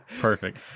Perfect